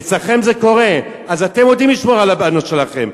אצלכם זה קורה, אז אתם רוצים לשמור על הבנות שלכם.